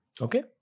Okay